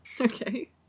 Okay